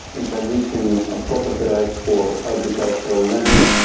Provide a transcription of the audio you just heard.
introducing ah property rights for agricultural land,